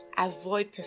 avoid